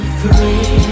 free